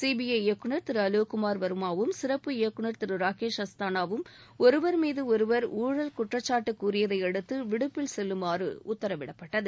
CBI இயக்குனர் திரு அலோக் குமார் வாமாவும் சிறப்பு இயக்குனர் திரு ராகேஷ் அஸ்தானாவும் ஒருவர் மீது ஒருவர் ஊழல் குற்றச்சாட்டு கூறியதையடுத்து விடுப்பில் செல்லுமாறு உத்தரவிடப்பட்டது